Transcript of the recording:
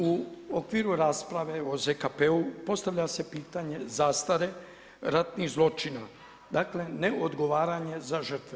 U okviru rasprave o ZKP-u postavlja se pitanje zastare ratnih zločina, dakle ne odgovaranja za žrtve.